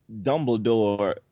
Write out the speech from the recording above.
Dumbledore